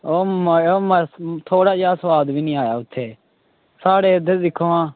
ओह् म्हाराज थोह्ड़ा जेहा सोआद बी निं आया उत्थें साढ़े इद्धर दिक्खो आं